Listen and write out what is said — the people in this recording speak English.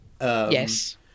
Yes